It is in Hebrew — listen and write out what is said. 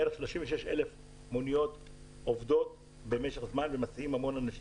בערך 36,000 מוניות עובדות ומסיעות המון אנשים.